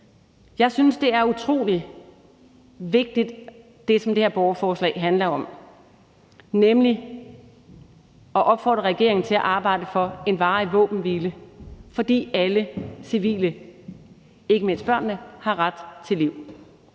Jeg synes, at det, som det her borgerforslag handler om, er utrolig vigtigt, nemlig at opfordre regeringen til at arbejde for en varig våbenhvile, fordi alle civile, ikke mindst børnene, har ret til liv.